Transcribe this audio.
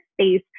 space